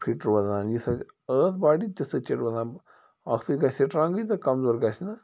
fit روزان یُس اَسہِ ٲس باڈی تِژھٕے چھِ روزان اَکھتُے گژھِ سٕٹرٛانگلی تہٕ کَمزور گژھِ نہٕ